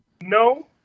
No